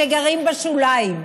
שגרים בשוליים,